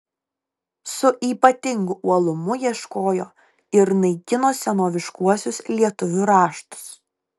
su ypatingu uolumu ieškojo ir naikino senoviškuosius lietuvių raštus